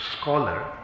scholar